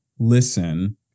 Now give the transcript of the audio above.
listen